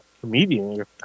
comedian